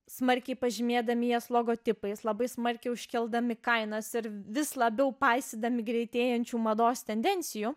smarkiai pažymėdami jas logotipais labai smarkiai užkeldami kainas ir vis labiau paisydami greitėjančių mados tendencijų